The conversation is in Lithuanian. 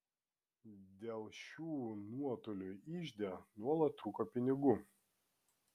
dėl šių nuotolių ižde nuolat trūko pinigų